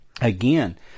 again